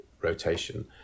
rotation